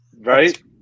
right